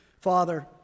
Father